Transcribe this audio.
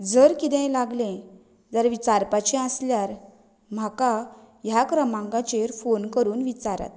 जर कितेंय लागलें जाल्यार विचारपाचें आसल्यार म्हाका ह्या क्रमांकाचेर फोन करून विचारात